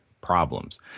problems